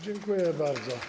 Dziękuję bardzo.